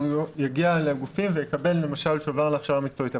יגיע לגופים ויקבל למשל שובר להכשרה מקצועית,